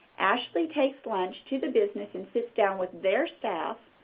ashley takes lunch to the business and sits down with their staff,